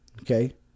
Okay